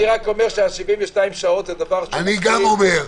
אני רק אומר שה-72 שעות זה דבר ---- אני גם אומר,